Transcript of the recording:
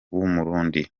w’umurundi